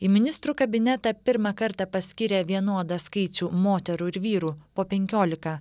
į ministrų kabinetą pirmą kartą paskyrė vienodą skaičių moterų ir vyrų po penkiolika